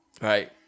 Right